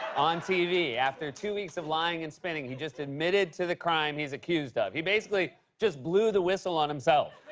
on tv. after two weeks of lying and spinning, he just admitted to the crime he's accused of. he basically just blew the whistle on himself.